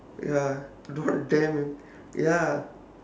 ya god damn ya